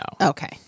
Okay